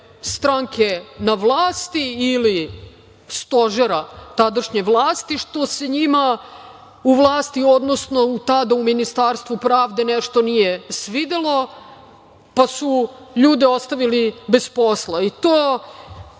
stranke na vlasti ili stožera tadašnje vlasti, što se njima u vlasti, odnosno tada u Ministarstvu pravde nešto nije svidelo, pa su ljude ostavili bez posla, i to